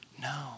No